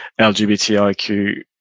LGBTIQ